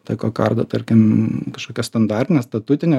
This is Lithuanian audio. ta kokarda tarkim kažkokia standartinė statutė